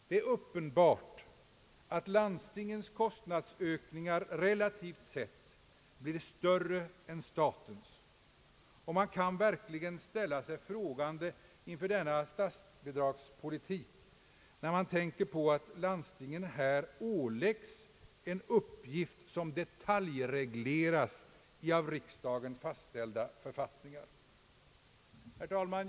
Det är uppenbart att landstingens kostnadsökningar rela tivt sett blir större än statens, och man kan verkligen ställa sig frågan inför denna statsbidragspolitik, när man tänker på att landstingen här åläggs en uppgift som detaljregleras i av riksdagen fastställda författningar. Herr talman!